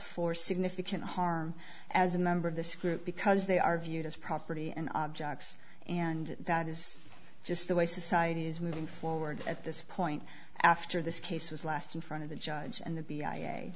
for significant harm as a member of this group because they are viewed as property and objects and that is just the way society is moving forward at this point after this case was last in front of the judge and the b i a